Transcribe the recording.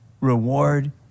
reward